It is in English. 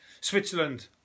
Switzerland